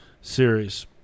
series